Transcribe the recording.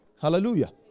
Hallelujah